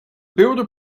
builder